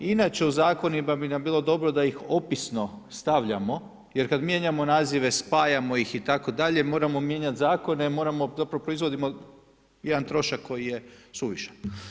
Inače u zakonima bi nam bilo dobro da ih opisno stavljamo jer kad mijenjamo nazive, spajamo ih itd. moramo mijenjat zakone, zapravo proizvodimo jedan trošak koji je suvišan.